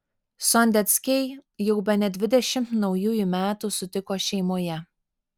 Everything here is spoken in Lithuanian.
sondeckiai jau bene dvidešimt naujųjų metų sutiko šeimoje